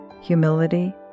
humility